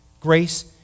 Grace